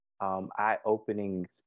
Eye-opening